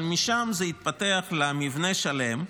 אבל משם זה התפתח למבנה שלם,